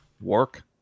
work